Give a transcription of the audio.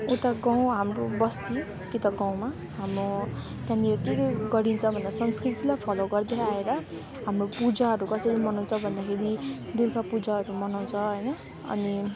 उता गाउँ हाम्रो बस्ती कि त गाउँमा हाम्रो त्यहाँनिर के के गरिन्छ भन्दा संस्कृतिलाई फोलो गर्दै आएर हाम्रो पूजाहरू कसरी मनाउँछ भन्दाखेरि दुर्गा पूजाहरू मनाउँछ होइन अनि